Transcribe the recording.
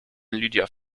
lydia